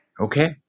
Okay